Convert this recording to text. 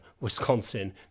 Wisconsin